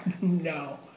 No